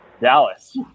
Dallas